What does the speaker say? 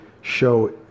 show